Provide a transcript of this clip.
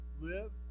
live